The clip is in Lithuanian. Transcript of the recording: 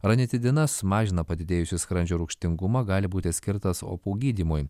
ranitidinas mažina padidėjusį skrandžio rūgštingumą gali būti skirtas opų gydymui